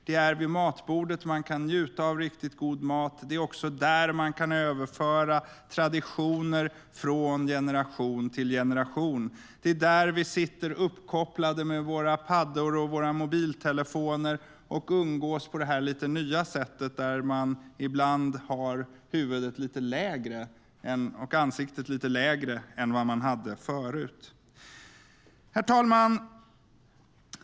Det är vid matbordet man kan njuta av riktigt god mat. Det är också där man kan överföra traditioner från generation till generation. Det är där vi sitter uppkopplade med våra paddor och våra mobiltelefoner och umgås på det lite nya sättet, där man ibland har ansiktet lite lägre än man hade förut. Herr talman!